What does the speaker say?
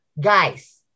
guys